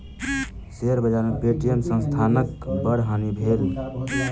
share बाजार में Paytm संस्थानक बड़ हानि भेल